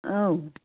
औ